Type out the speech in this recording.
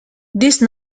these